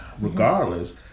regardless